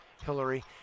Hillary